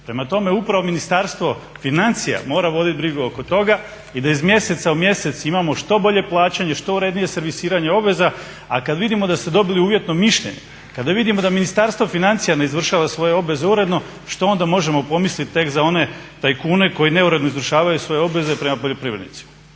Prema tome, upravo Ministarstvo financija mora voditi brigu oko toga i da iz mjeseca u mjesec imamo što bolje plaćanje, što urednije servisiranje obveza, a kad vidimo da ste dobili uvjetno mišljenje, kada vidimo da Ministarstvo financija ne izvršava svoje obveze uredno što onda možemo pomisliti tek za one tajkune koji neuredno izvršavaju svoje obveze prema poljoprivrednicima.